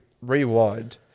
rewind